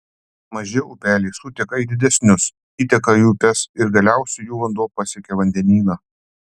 maži upeliai suteka į didesnius įteka į upes ir galiausiai jų vanduo pasiekia vandenyną